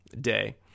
day